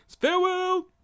farewell